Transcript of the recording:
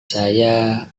saya